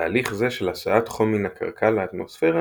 תהליך זה של הסעת חום מן הקרקע לאטמוספירה